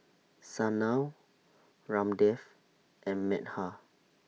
Sanal Ramdev and Medha